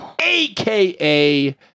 AKA